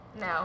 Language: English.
No